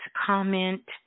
comment